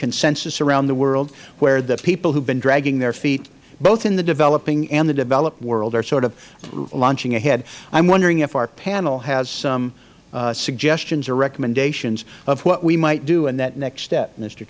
consensus around the world where the people who have been dragging their feet both in the developing and the developed world are sort of launching ahead i am wondering if our panel has some suggestions or recommendations of what we might do in that next step m